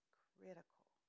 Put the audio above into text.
critical